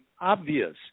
obvious